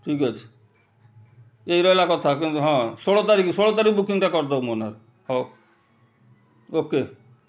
ଠିକ୍ ଅଛି ଏ ରହିଲା କଥା କିନ୍ତୁ ହଁ ଷୋଳ ତାରିଖ ଷୋଳ ତାରିଖ ବୁକିଂଟା କରିଦବ ମୋ ନାଁରେ ହଉ ଓକେ